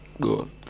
good